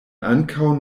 ankaŭ